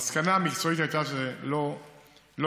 המסקנה המקצועית הייתה שזה לא אפשרי,